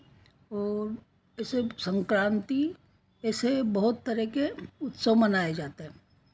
और ऐसे संक्रांति ऐसे बहुत तरह के उत्सव मनाए जाते